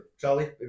Charlie